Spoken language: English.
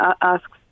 asks